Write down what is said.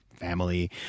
family